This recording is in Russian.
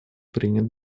принят